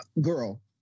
Girl